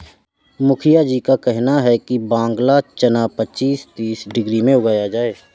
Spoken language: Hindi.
मुखिया जी का कहना है कि बांग्ला चना पच्चीस से तीस डिग्री में उगाया जाए